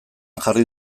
jarri